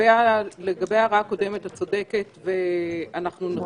לגבי ההערה הקודמת, את צודקת ואנחנו נכניס.